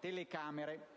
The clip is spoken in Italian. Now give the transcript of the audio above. televisiva